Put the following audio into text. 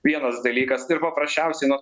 vienas dalykas ir paprasčiausiai nu